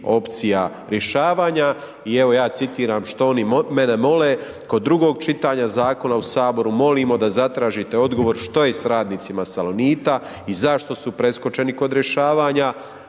opcija rješavanja. I evo ja citiram što oni mene mole, kod drugog čitanja zakona u saboru molimo da zatražite odgovor što je s radnicima Salonita i zašto su preskočeni kod rješavanja,